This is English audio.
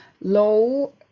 low